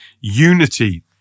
unity